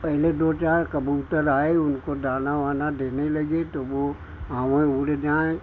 पहले दो चार कबूतर आए उनको दाना वाना देने लगे तो वह आए उड़ जाए